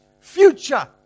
future